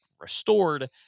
restored